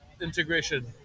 integration